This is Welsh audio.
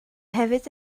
hefyd